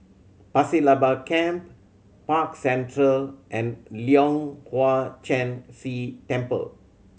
Pasir Laba Camp Park Central and Leong Hwa Chan Si Temple